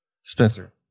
Spencer